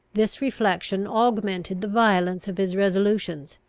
this reflection augmented the violence of his resolutions,